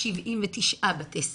ב-379 בתי ספר,